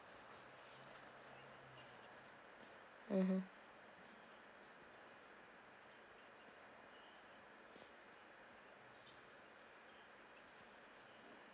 mmhmm